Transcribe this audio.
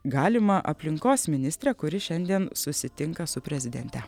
galimą aplinkos ministrę kuri šiandien susitinka su prezidente